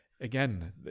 Again